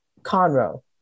Conroe